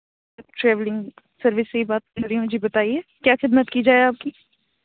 travelling service سے ہی بات کر رہی ہوں جی بتائیے کیا خدمت کی جائے آپ کی